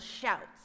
shouts